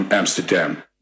Amsterdam